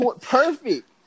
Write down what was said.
Perfect